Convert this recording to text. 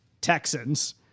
texans